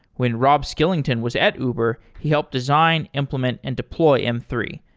when rob skillington was at uber, he helped design, implement and deploy m three.